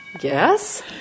Yes